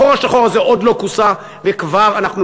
החור השחור הזה עוד לא כוסה וכבר אנחנו